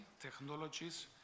technologies